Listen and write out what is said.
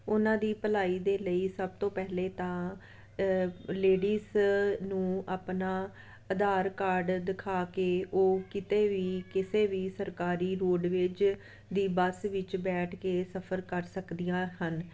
ਉਹਨਾਂ ਦੀ ਭਲਾਈ ਦੇ ਲਈ ਸਭ ਤੋਂ ਪਹਿਲੇ ਤਾਂ ਲੇਡੀਜ ਨੂੰ ਆਪਣਾ ਆਧਾਰ ਕਾਰਡ ਦਿਖਾ ਕੇ ਉਹ ਕਿਤੇ ਵੀ ਕਿਸੇ ਵੀ ਸਰਕਾਰੀ ਰੋਡਵੇਜ਼ ਦੀ ਬੱਸ ਵਿੱਚ ਬੈਠ ਕੇ ਸਫ਼ਰ ਕਰ ਸਕਦੀਆਂ ਹਨ